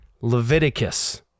Leviticus